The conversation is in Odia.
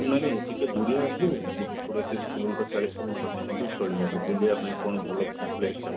ନାଇଁ ନାଇଁ ଟିକେ ଦୂରିଆ ହେଉ ଗୋଟେ କୋଡ଼ିଏ ତିରିଶ କିଲୋମିଟର୍ ଚାଳିଶ କିଲୋମିଟର୍ ହେଲେ ମଧ୍ୟ ଚଳିବ ବୁଲିବାପାଇଁ କ'ଣ ଭଲ ପ୍ଲେସ୍ଟା